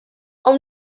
ond